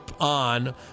on